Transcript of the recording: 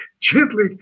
gently